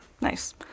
Nice